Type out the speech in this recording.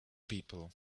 people